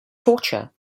torture